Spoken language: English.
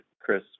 Chris